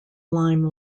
lime